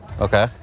Okay